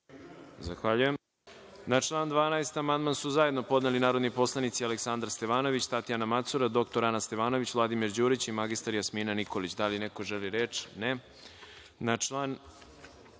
Zahvaljujem. Na član 12. amandman su zajedno podneli narodni poslanici Aleksandar Stevanović, Tatjana Macura, dr Ana Stevanović, Vladimir Đurić i mr Jasmina Nikolić. Da li neko želi reč?